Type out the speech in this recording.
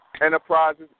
Enterprises